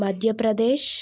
Madhya Pradesh